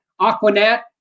aquanet